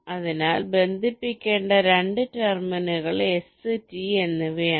അതിനാൽ ബന്ധിപ്പിക്കേണ്ട 2 ടെർമിനലുകൾ എസ് ടി എന്നിവയാണ്